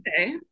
okay